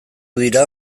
dira